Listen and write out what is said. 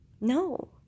No